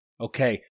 Okay